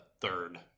third